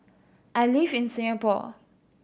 I live in Singapore